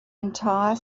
entire